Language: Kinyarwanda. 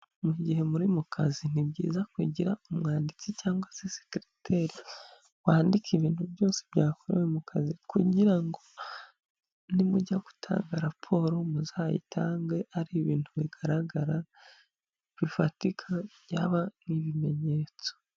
Mu gihe muri mu kazi ni byiza kugira umwanditsi cyangwa sekereteri wandika ibintu byose byakorewe mu kazi kugira ngo nimujya gutanga raporo muzayitange ari ibintu bigaragara bifatika byaba nk'ibimenyetso.